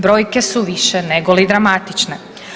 Brojke su više nego dramatične.